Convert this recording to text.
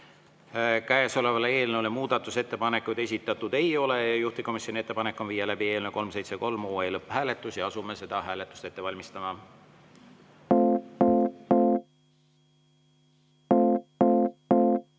Käesoleva eelnõu kohta muudatusettepanekuid esitatud ei ole. Juhtivkomisjoni ettepanek on viia läbi eelnõu 373 lõpphääletus ja asume seda hääletust ette valmistama.